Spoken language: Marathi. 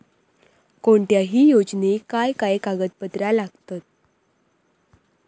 कोणत्याही योजनेक काय काय कागदपत्र लागतत?